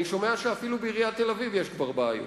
אני שומע שאפילו בעיריית תל-אביב יש כבר בעיות.